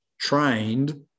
trained